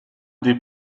des